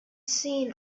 seen